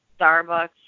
Starbucks